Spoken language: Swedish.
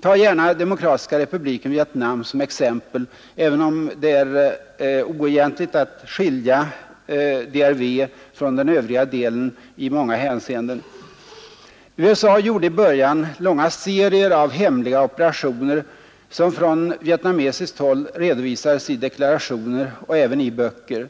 Ta gärna Demokratiska republiken Vietnam som exempel, även om det i många hänseenden är oegentligt att skilja DRV från den övriga delen. USA gjorde i början långa serier av hemliga operationer, som från vietnamesiskt håll redovisades i regeringsdeklarationer och i böcker.